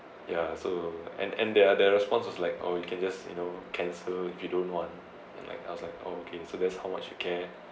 ya so and and their their response was like oh you can just you know cancel if you don't want and like I was like oh okay so that's how much you care